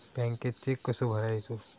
बँकेत चेक कसो भरायचो?